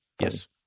Yes